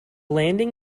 landing